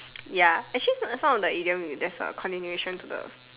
ya actually not some of the idiom there's a continuation to the